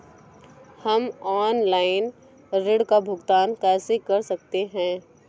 हम ऑनलाइन ऋण का भुगतान कैसे कर सकते हैं?